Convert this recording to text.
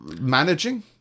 managing